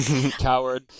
coward